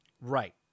Right